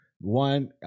One